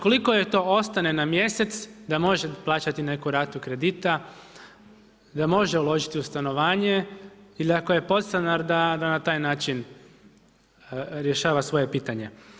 Koliko to ostane na mjesec da možete poplaćati neku ratu kredita, da može uložiti u stanovanje ili ako je podstanar da na taj način rješava svoje pitanje.